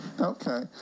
Okay